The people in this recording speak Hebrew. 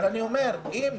אבל אני אומר שאם